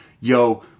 Yo